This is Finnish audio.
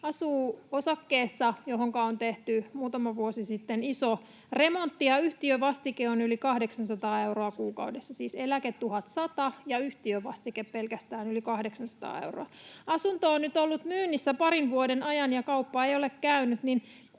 asuu osakkeessa, johonka on tehty muutama vuosi sitten iso remontti, ja yhtiövastike on yli 800 euroa kuukaudessa — siis eläke 1 100 ja pelkästään yhtiövastike yli 800 euroa. Kun asunto on nyt ollut myynnissä parin vuoden ajan ja kauppa ei ole käynyt,